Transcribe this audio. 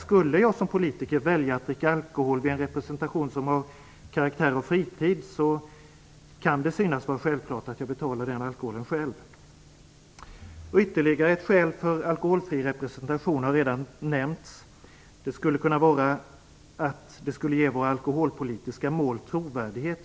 Skulle jag som politiker välja att dricka alkohol vid en representation som har karaktär av fritid kan det synas vara självklart att jag betalar den alkoholen själv. Ytterligare ett skäl för alkoholfri representation har redan nämnts: Det skulle ge vårt lands alkoholpolitiska mål trovärdighet.